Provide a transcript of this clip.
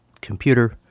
computer